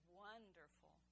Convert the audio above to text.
wonderful